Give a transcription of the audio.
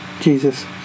Jesus